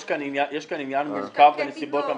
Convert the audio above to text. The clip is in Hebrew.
יש כאן עניין מורכב בנסיבות המקרה.